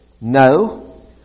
no